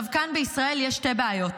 כאן בישראל יש שתי בעיות: